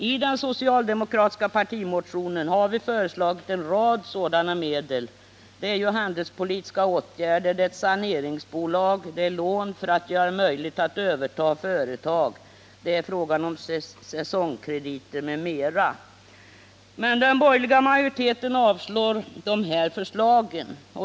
I den socialdemokratiska partimotionen har vi föreslagit en rad sådana medel, t.ex. handelspolitiska åtgärder, ett saneringsbolag, lån för att göra det möjligt att överta företag, säsongkrediter m.m. Den borgerliga majoriteten avstyrker dock förslagen.